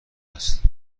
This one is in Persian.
است